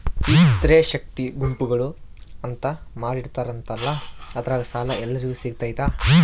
ಈ ಸ್ತ್ರೇ ಶಕ್ತಿ ಗುಂಪುಗಳು ಅಂತ ಮಾಡಿರ್ತಾರಂತಲ ಅದ್ರಾಗ ಸಾಲ ಎಲ್ಲರಿಗೂ ಸಿಗತೈತಾ?